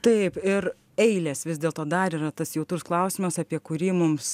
taip ir eilės vis dėlto dar yra tas jautrus klausimas apie kurį mums